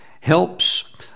helps